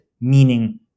meaning